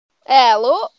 Hello